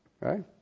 Right